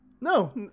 No